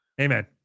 Amen